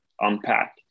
unpack